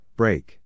break